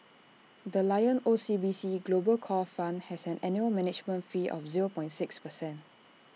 the lion O C B C global core fund has an annual management fee of zero six percent